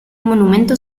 monumento